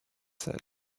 said